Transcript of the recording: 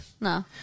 No